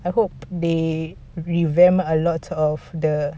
I hoped they revamp a lot of the